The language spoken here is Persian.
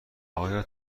آیا